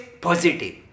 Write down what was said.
positive